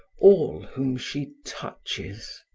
all whom she touches.